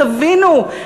תבינו,